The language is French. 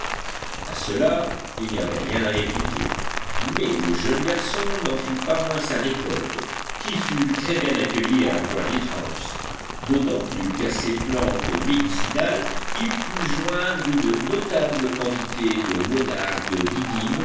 à cela il n'y avait rien à répliquer mais le jeune garçon n'en fit pas moins sa récolte qui fut très bien accueillie à granitehouse d'autant plus qu'à ces plantes médicinales il put joindre une notable quantité de monardes didymes